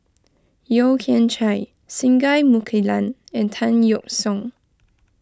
Yeo Kian Chai Singai Mukilan and Tan Yeok Seong